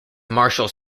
martial